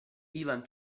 ivan